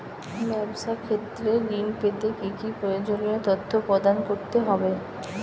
ব্যাবসা ক্ষেত্রে ঋণ পেতে কি কি প্রয়োজনীয় তথ্য প্রদান করতে হবে?